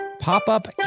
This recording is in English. Pop-up